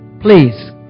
Please